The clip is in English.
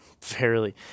fairly